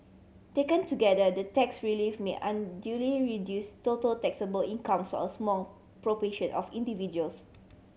taken together the tax relief may unduly reduce total taxable incomes a small proportion of individuals